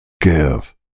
give